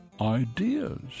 ideas